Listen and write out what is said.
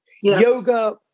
Yoga